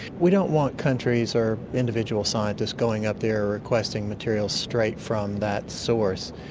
we don't want countries or individual scientists going up there requesting materials straight from that source.